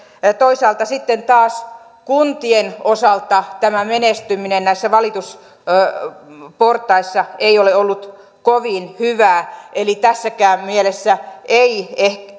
toisaalta sitten taas kuntien osalta menestyminen näissä valitusportaissa ei ole ollut kovin hyvää eli tässäkään mielessä ei